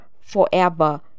forever